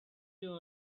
you